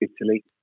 Italy